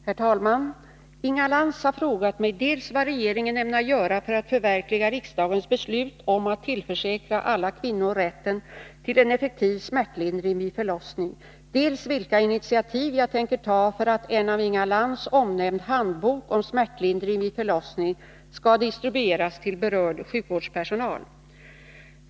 Herr talman! Inga Lantz har frågat mig dels vad regeringen ämnar göra för att förverkliga riksdagens beslut om att tillförsäkra alla kvinnor rätten till en effektiv smärtlindring vid förlossning, dels vilka initiativ jag tänker ta för att en av Inga Lantz omnämnd handbok om smärtlindring vid förlossning skall distribueras till berörd sjukvårdspersonal.